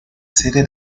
sede